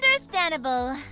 Understandable